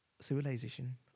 civilization